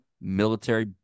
Military